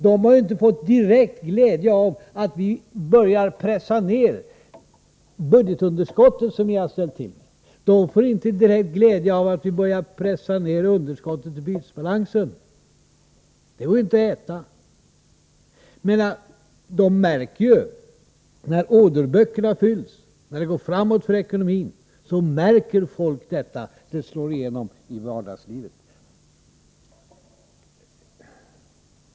De har inte någon direkt glädje av att vi börjar pressa ned det budgetunderskott som ni har ställt till med. De har inte någon direkt glädje av att vi börjar pressa ned underskottet i bytesbalansen. Det är ju ingenting som går att äta. Men folk märker att orderböckerna fylls, att det går framåt för ekonomin. Det slår igenom i vardagslivet.